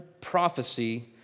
prophecy